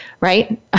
right